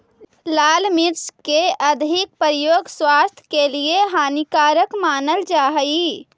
लाल मिर्च के अधिक प्रयोग स्वास्थ्य के लिए हानिकारक मानल जा हइ